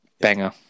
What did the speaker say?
banger